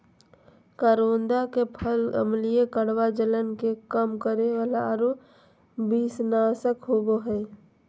करोंदा के फल अम्लीय, कड़वा, जलन के कम करे वाला आरो विषनाशक होबा हइ